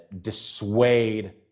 dissuade